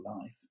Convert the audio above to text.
life